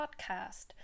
podcast